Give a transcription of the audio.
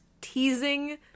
teasing